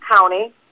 county